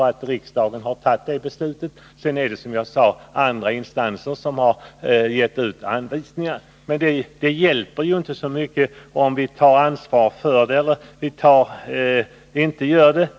Riksdagen har fattat beslutet och sedan är det, som jag sade, andra instanser som har gett ut anvisningarna. Men det hjälper ju inte så mycket om vi tar ansvar för det eller inte.